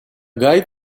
guy